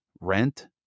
rent